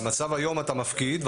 במצב היום אתה מפקיד,